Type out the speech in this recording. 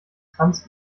trans